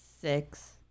Six